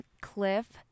Cliff